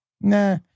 Nah